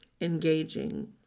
engaging